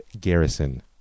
garrison